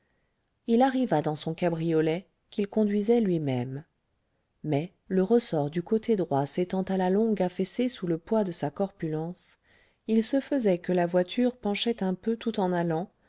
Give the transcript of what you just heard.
il arriva dans son cabriolet qu'il conduisait lui-même mais le ressort du coté droit s'étant à la longue affaissé sous le poids de sa corpulence il se faisait que la voiture penchait un peu tout en allant